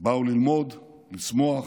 באו ללמוד, לשמוח,